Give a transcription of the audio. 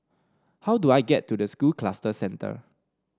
how do I get to the School Cluster Centre